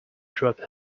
dropped